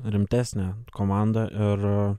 rimtesnę komandą ir